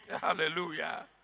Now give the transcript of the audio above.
Hallelujah